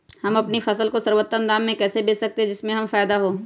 हम अपनी फसल को सर्वोत्तम दाम में कैसे बेच सकते हैं जिससे हमें फायदा हो?